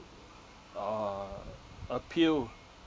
uh appeal